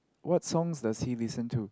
what song does he listen to